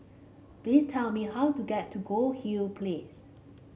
please tell me how to get to Goldhill Place